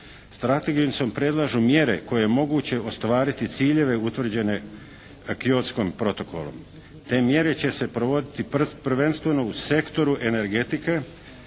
Strategijom se predlažu mjere koje je moguće ostvariti ciljeve utvrđene KYotskom protokolom. Te mjere će se provoditi prvenstveno u sektoru energetike